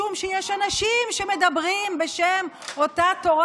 משום שיש אנשים שמדברים בשם אותה תורה,